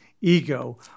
ego